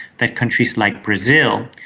that countries like brazil,